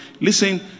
Listen